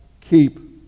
keep